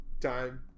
time